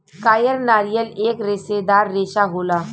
कायर नारियल एक रेसेदार रेसा होला